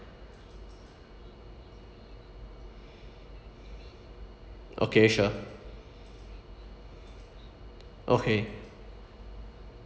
okay sure okay